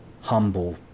humble